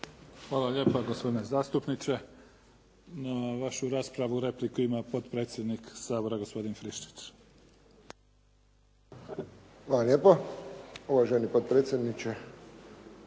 Hvala lijepo gospodine zastupniče. Na vašu raspravu repliku ima potpredsjednik Sabora gospodin Friščić. **Friščić, Josip (HSS)** Hvala lijepo uvaženi potpredsjedniče.